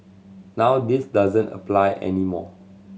now this doesn't apply any more